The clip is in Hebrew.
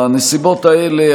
בנסיבות האלה,